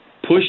push